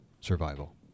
survival